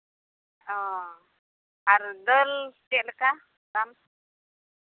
ᱚ ᱟᱨ ᱫᱟᱹᱞ ᱪᱮᱫ ᱞᱮᱠᱟ ᱫᱟᱢ